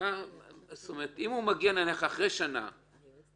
אם הוא מגיע אחרי שנה נניח,